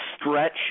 stretch